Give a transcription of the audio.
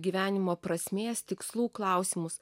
gyvenimo prasmės tikslų klausimus